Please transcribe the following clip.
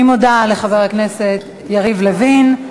אני מודה לחבר הכנסת יריב לוין.